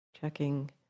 checking